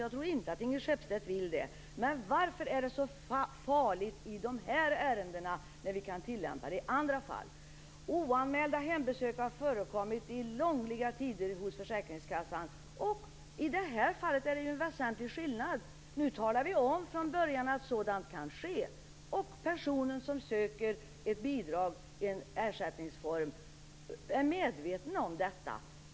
Jag tror inte att Ingrid Skeppstedt vill det. Varför är detta så farligt i de här ärendena, när vi kan tillämpa det i andra fall? Oanmälda hembesök har förekommit i långliga tider hos försäkringskassan, och i det här fallet finns det dessutom en väsentlig skillnad. Nu talar vi om från början att sådant kan ske, och personen som söker bidrag eller någon ersättningsform är medveten om detta.